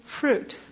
fruit